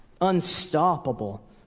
Unstoppable